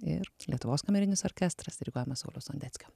ir lietuvos kamerinis orkestras diriguojamas sauliaus sondeckio